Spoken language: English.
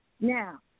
now